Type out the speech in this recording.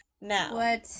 Now